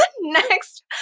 Next